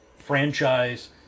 Franchise